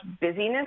busyness